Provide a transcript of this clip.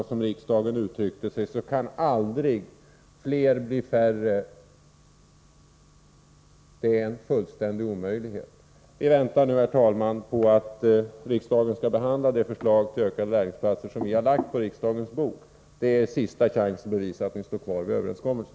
Såsom riksdagen uttryckte sig beträffande de ambitionerna kan aldrig fler bli färre — det är en fullständig omöjlighet. Vi väntar nu, herr talman, på att riksdagen skall behandla det förslag om en ökning av antalet lärlingsplatser som vi har lagt på riksdagens bord. Då får socialdemokraterna sin sista chans att bevisa att de står kvar vid överenskommelsen.